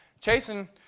chasing